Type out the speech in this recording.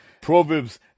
Proverbs